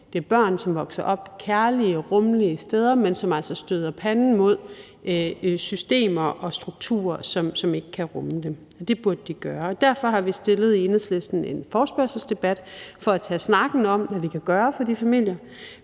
det er børn, som vokser op kærlige og rummelige steder, men som altså støder panden mod systemer og strukturer, som ikke kan rumme dem. Det burde de gøre. Derfor har vi i Enhedslisten rejst en forespørgselsdebat for at tage snakken om, hvad vi kan gøre for de familier.